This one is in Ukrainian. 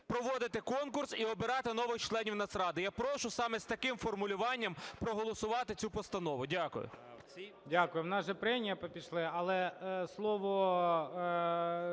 проводити конкурс і обирати нових членів Нацради. Я прошу саме з таким формулювання проголосувати цю постанову. Дякую.